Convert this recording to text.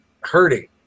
hurting